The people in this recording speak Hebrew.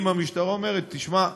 אם המשטרה אומרת: תשמע,